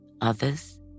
Others